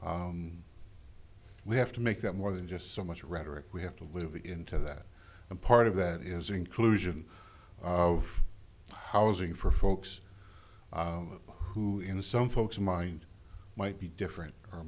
and we have to make that more than just so much rhetoric we have to live into that and part of that is inclusion of housing for folks who in some folks mind might be different or